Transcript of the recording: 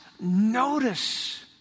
notice